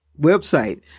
website